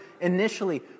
initially